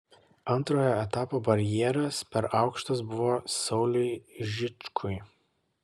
antrojo etapo barjeras per aukštas buvo sauliui žičkui